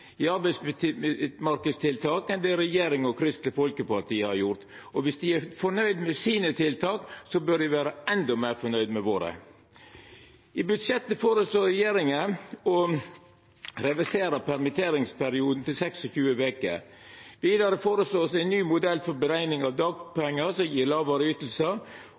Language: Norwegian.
i arbeidsmarknadstiltak enn det regjeringa og Kristeleg Folkeparti har gjort. Og om dei er nøgde med sine tiltak, bør dei vera endå meir nøgde med våre. I budsjettet føreslår regjeringa å reversera permitteringsperioden til 26 veker. Vidare vert det føreslått ein ny modell for utrekning av dagpengar, som